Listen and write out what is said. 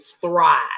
thrive